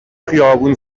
خیابون